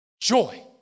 joy